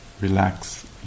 relax